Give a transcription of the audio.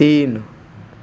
तीन